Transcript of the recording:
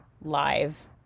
live